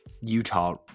utah